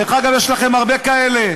דרך אגב, יש לכם הרבה כאלה.